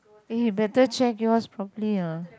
eh better check yours properly ah